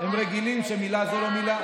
הם רגילים שמילה זו לא מילה.